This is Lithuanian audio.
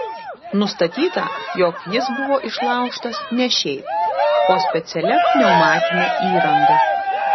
nustatyta jog jis buvo išlaužtas ne šiaip o specialia pneumatine įranga